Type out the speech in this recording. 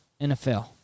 NFL